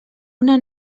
una